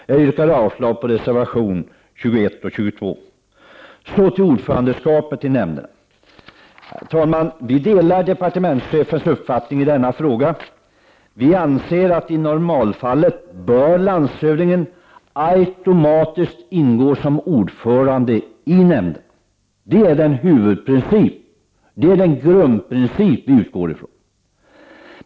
Jag yrkar avslag på reservationerna 21 och 22. Så till ordförandeskapet i nämnderna. Vi delar departementschefens uppfattning i denna fråga. Vi anser att i normalfallet bör landshövdingen automatiskt ingå som ordförande i nämnderna. Det är den grundprincip som vi utgår ifrån.